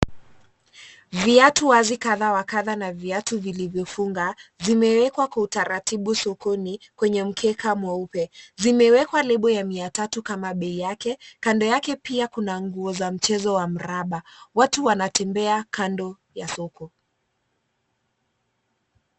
Viatu wazi kadha wa kadha na viatu vilivyofungaa zimewekwa kwa utaratibu sokoni kwenye mkeka mweupe. Zimewekwa lebo ya mia tatu kama bei yake. Kando yake pia kuna nguo za mchezo wa mraba. Watu wanatembea kando ya soko.